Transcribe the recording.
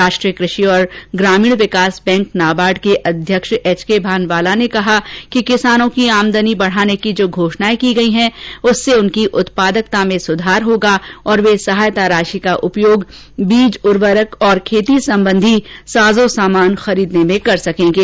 राष्ट्रीय क्रषि और ग्रामीण विकास बैंक नाबार्ड के अध्यक्ष एच के भानवाला ने कहा है कि किसानों की आमदनी बढ़ाने की जो घोषणाएं की गई है उससे उनकी उत्पादकता में सुधार होगा और वे सहायता राशि का उपयोग बीज उवर्रक और खेती संबंधी साज सामान खरीदने में कर सकेंगे